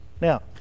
Now